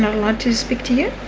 not allowed to speak to you?